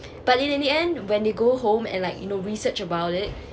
but in the end when they go home and like you know research about it